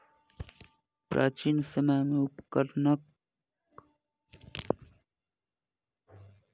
प्राचीन समय में उपकरण के बहुत सीमित उपाय होइत छल